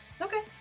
Okay